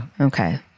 Okay